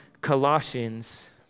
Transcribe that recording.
Colossians